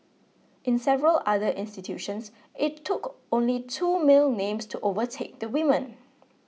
in several other institutions it took only two male names to overtake the women